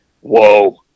Whoa